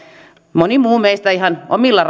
moni muu meistä on ihan omilla